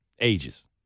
ages